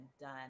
done